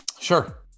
Sure